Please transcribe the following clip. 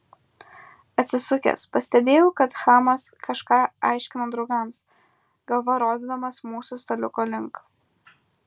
atsisukęs pastebėjau kad chamas kažką aiškina draugams galva rodydamas mūsų staliuko link